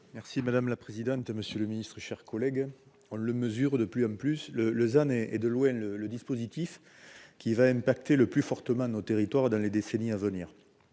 Merci madame la présidente, monsieur le Ministre, chers collègues, on le mesure de plus en plus le Lausanne est, et de loin le le dispositif qui va impacter le plus fortement nos territoires dans les décennies à venir,